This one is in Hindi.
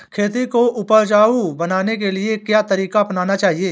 खेती को उपजाऊ बनाने के लिए क्या तरीका अपनाना चाहिए?